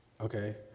Okay